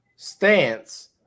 stance